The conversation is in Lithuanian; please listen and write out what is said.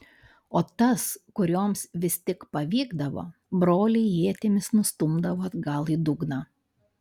o tas kurioms vis tik pavykdavo broliai ietimis nustumdavo atgal į dugną